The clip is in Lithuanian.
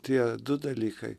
tie du dalykai